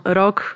rok